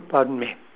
pardon me